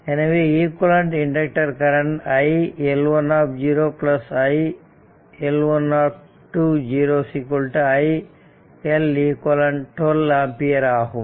எனவே equivalent inductor current iL1 0 iL2 i Leq 12 ampere ஆகும்